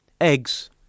Eggs